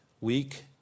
weak